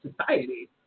society